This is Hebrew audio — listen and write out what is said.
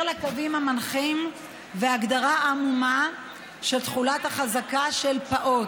לקווים המנחים והגדרה עמומה של תחולת החזקה של פעוט,